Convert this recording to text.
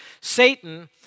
Satan